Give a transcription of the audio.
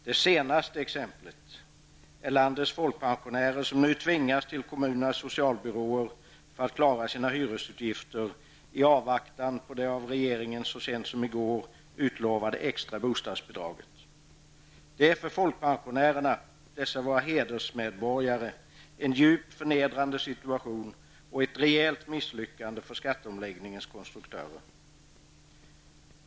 Det senaste exemplet är landets folkpensionärer som nu tvingas till kommunernas socialbyråer för att klara sina hyresutgifter i avvaktan på det av regeringens så sent som i går utlovade extra bostadsbidraget. Det är för folkpensionärerna -- dessa våra hedersmedborgare -- en djup förnedrande situation och ett rejält misslyckande för skatteomläggningens konstruktörer.